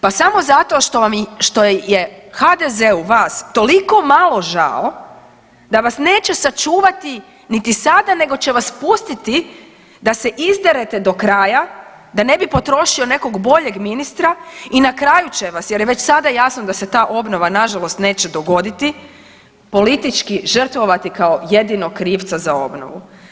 Pa samo zato što je HDZ-u vas toliko malo žao da vas neće sačuvati niti sada nego će vas pustiti da se izderete do kraja da ne bi potrošio nekog boljeg ministra i na kraju će vas, jer je već sada jasno da se ta obnova nažalost neće dogoditi politički žrtvovati kao jedinog krivca za obnovu.